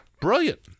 Brilliant